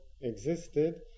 existed